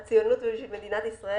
בשביל הציונות ובשביל מדינת ישראל